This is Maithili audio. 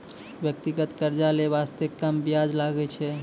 व्यक्तिगत कर्जा लै बासते कम बियाज लागै छै